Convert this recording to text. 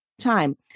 time